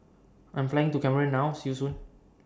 I'm Flying to Cameroon now See YOU Soon